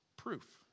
proof